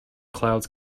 clouds